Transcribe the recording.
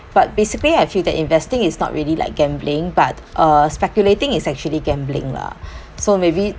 but basically I feel that investing is not really like gambling but uh speculating is actually gambling lah so maybe